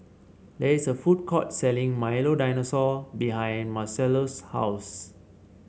there is a food court selling Milo Dinosaur behind Marcellus' house